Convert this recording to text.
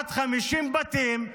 כמעט 50 בתים,